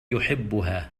يحبها